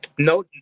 No